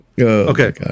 okay